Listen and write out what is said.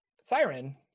Siren